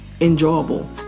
enjoyable